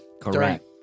Correct